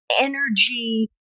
energy